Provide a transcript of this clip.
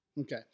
Okay